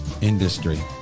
industry